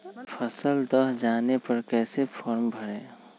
फसल दह जाने पर कैसे फॉर्म भरे?